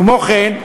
כמו כן,